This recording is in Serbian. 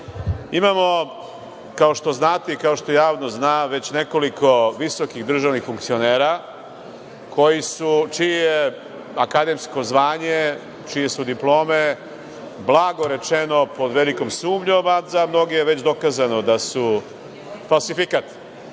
državi. Imamo, kao što znate, i kao što javnost zna, već nekoliko visokih državnih funkcionera čije je akademsko zvanje, čije su diplome blago rečeno pod velikom sumnjom, a za mnoge je već dokazano da su falsifikat.